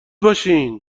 باشین